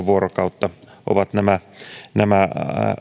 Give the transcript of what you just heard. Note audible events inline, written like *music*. *unintelligible* vuorokautta ovat nämä nämä